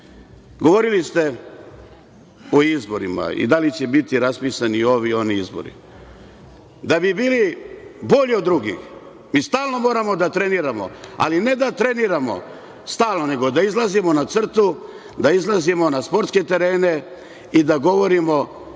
Govorili ste o izborima i da li će biti raspisani i ovi i oni izbori. Da bi bili bolji od drugih, mi stalno moramo da treniramo, ali ne da treniramo stalno, nego da izlazimo na crtu, da izlazimo na sportske terene i da govorimo